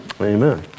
Amen